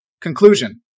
Conclusion